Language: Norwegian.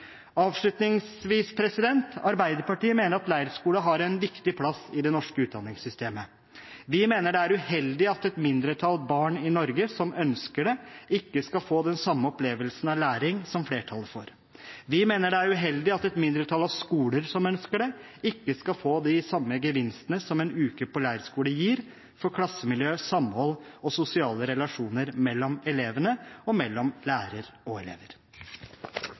Avslutningsvis: Arbeiderpartiet mener at leirskole har en viktig plass i det norske utdanningssystemet. Vi mener det er uheldig at et mindretall av barn i Norge som ønsker det, ikke skal få den samme opplevelsen av læring som flertallet får. Vi mener det er uheldig at et mindretall av skoler som ønsker det, ikke skal få de samme gevinstene som en uke på leirskole gir for klassemiljø, samhold og sosiale relasjoner mellom elevene og mellom lærer og elever.